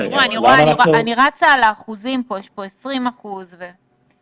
אני רצה על האחוזים פה, יש פה 20% וכדו'.